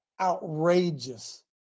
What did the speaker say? outrageous